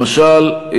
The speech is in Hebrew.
למשל,